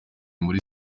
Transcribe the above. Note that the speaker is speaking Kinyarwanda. muri